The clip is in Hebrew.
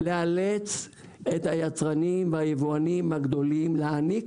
לאלץ את היצרנים והיבואנים הגדולים להעניק